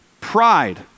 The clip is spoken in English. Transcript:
Pride